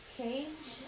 cage